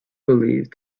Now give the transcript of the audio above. believed